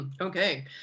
Okay